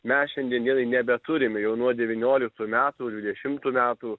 mes šiandien dienai nebeturime jau nuo devynioliktų metų dvidešimtų metų